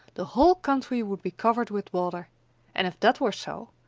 the whole country would be covered with water and if that were so,